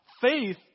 Faith